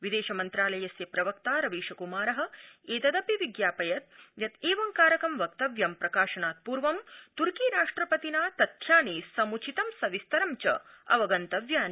विदर्यमंत्रालयस्य प्रवक्ता रवीश कुमार एतदपि व्यज्ञापयत् यत् एवंकारकं वक्तव्यं प्रकाशनात् पूर्वं तुर्की राष्ट्रपतिना तथ्यानि समुचितं सविस्तरं च अवगंतव्यानि